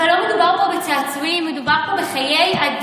אבל לא מדובר פה בצעצועים, מדובר פה בחיי אדם,